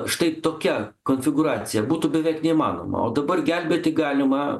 štai tokia konfigūracija būtų beveik neįmanoma o dabar gelbėti galima